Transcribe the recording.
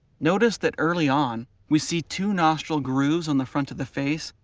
notice that early on, we see two nostril grooves on the front of the face,